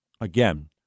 Again